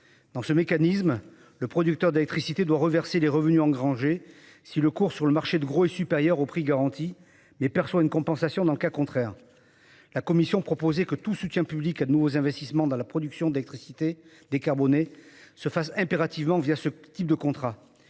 Dans ce mécanisme, le producteur d'électricité doit reverser les revenus engrangés si les cours du marché de gros sont supérieurs au prix garanti, mais perçoit une compensation dans le cas contraire. La Commission européenne proposait que tout soutien public à de nouveaux investissements dans la production d'électricité décarbonée se fasse impérativement ce type de contrat.